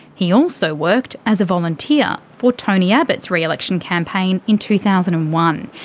he also worked as a volunteer for tony abbott's re-election campaign in two thousand and one.